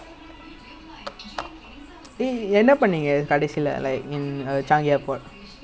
eh இரு நான் வந்து:iru naan vanthu microphone set பண்றேன்:pandraen